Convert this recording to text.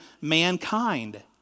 mankind